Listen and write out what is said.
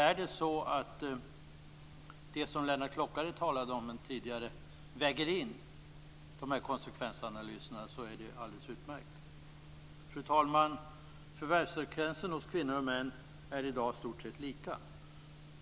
Om det är så att man, som Lennart Klockare talade om, redan väger in dessa konsekvensanalyser, är det alldeles utmärkt. Fru talman! Förvärvsfrekvensen hos kvinnor och män är i dag i stort sett lika.